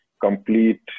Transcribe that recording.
complete